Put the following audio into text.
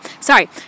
Sorry